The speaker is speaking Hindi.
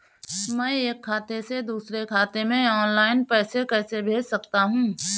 मैं एक खाते से दूसरे खाते में ऑनलाइन पैसे कैसे भेज सकता हूँ?